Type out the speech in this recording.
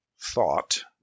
thought